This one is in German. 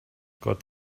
gott